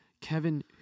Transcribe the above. Kevin